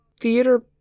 theater